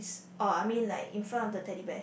or I mean like in front of the Teddy Bear